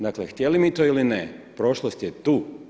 Dakle, htjeli mi to ili ne, prošlost je tu.